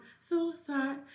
Suicide